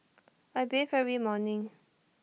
I bathe every morning